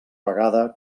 vegada